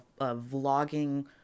vlogging